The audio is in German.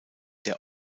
der